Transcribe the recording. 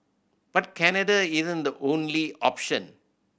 but Canada isn't the only option